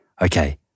Okay